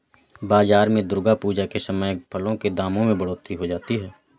बाजार में दुर्गा पूजा के समय फलों के दामों में बढ़ोतरी हो जाती है